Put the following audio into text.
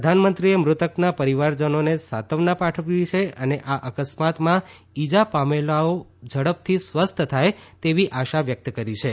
પ્રધાનમંત્રીએ મૃતકના પરિવારજનોને સાંત્વના પાઠવી છે અને આ અકસ્માતમાં ઇજા પામેલાઓ ઝડપથી સ્વસ્થ થાય તેવી આશા વ્યક્ત કરી હતી